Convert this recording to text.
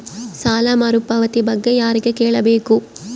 ಸಾಲ ಮರುಪಾವತಿ ಬಗ್ಗೆ ಯಾರಿಗೆ ಕೇಳಬೇಕು?